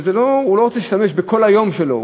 הוא לא רוצה להשתמש בכל היום שלו,